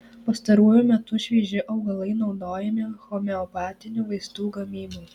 pastaruoju metu švieži augalai naudojami homeopatinių vaistų gamybai